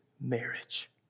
marriage